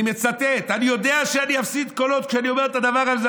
אני מצטט: אני יודע שאני אפסיד קולות כשאני אומר את הדבר הזה,